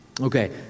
Okay